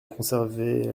conserver